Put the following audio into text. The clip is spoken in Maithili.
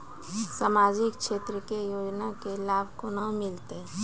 समाजिक क्षेत्र के योजना के लाभ केना मिलतै?